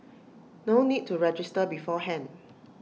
no need to register beforehand